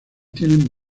tiene